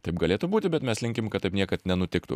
taip galėtų būti bet mes linkim kad taip niekad nenutiktų